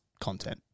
content